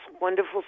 wonderful